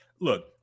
look